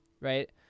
right